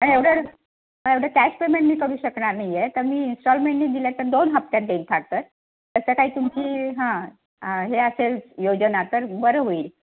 एवढं एवढं cash payment मी करू शकणार नाही आहे तर मी इन्स्टॉलमेंटनी दिल्या तर दोन हप्त्यात देईन फार तर तसं काही तुमची हां हे असेल योजना तर बरं होईल